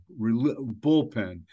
bullpen